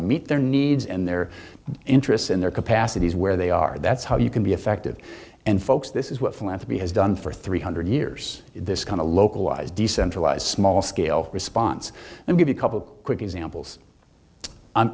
are meet their needs and their interests and their capacities where they are that's how you can be effective and folks this is what philanthropy has done for three hundred years this kind of localized decentralized small scale response and give you a couple of quick examples